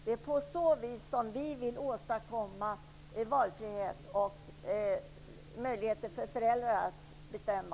Det är på det sättet vi vill åstadkomma valfrihet och möjlighet för föräldrar att bestämma.